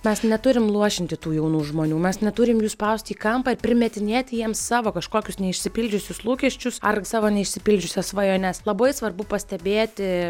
mes neturim luošinti tų jaunų žmonių mes neturim jų spausti į kampą ir primetinėti jiems savo kažkokius neišsipildžiusius lūkesčius ar savo neišsipildžiusias svajones labai svarbu pastebėti